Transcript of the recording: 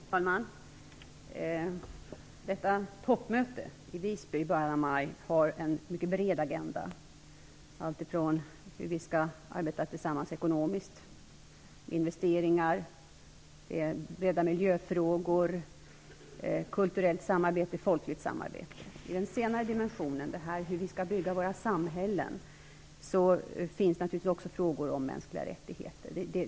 Fru talman! Detta toppmöte i Visby i början av maj har en mycket bred agenda. Det alltifrån hur vi skall samarbeta tillsammans ekonomiskt, investeringar, breda miljöfrågor till kulturellt och folkligt samarbete. I den senare dimensionen, som gäller hur vi skall bygga våra samhällen, finns naturligtvis också frågor om mänskliga rättigheter.